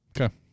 Okay